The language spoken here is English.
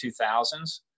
2000s